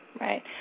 right